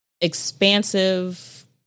expansive